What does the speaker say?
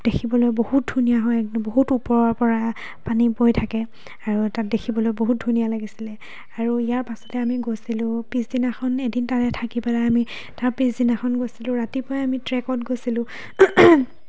দেখিবলৈ বহুত ধুনীয়া হয় একদম বহুত ওপৰৰ পৰা পানী বৈ থাকে আৰু তাত দেখিবলৈ বহুত ধুনীয়া লাগিছিলে আৰু ইয়াৰ পাছতে আমি গৈছিলোঁ পিছদিনাখন এদিন তাতে থাকি পেলাই আমি তাৰ পিছদিনাখন গৈছিলোঁ ৰাতিপুৱাই আমি ট্ৰেকত গৈছিলোঁ